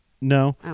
No